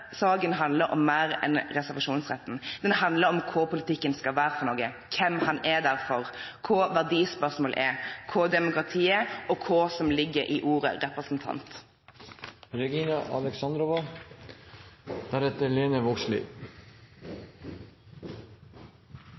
saken handler om mer enn reservasjonsretten. Den handler om hva politikken skal være, hvem den er der for, hva verdispørsmål er, hva demokrati er og hva som ligger i ordet